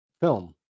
film